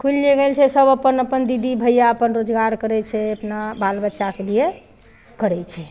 खुलि जे गेल छै सब अपन अपन दीदी भैया अपन रोजगार करै छै अपना बालबच्चाके लिए करै छै